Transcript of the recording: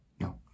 no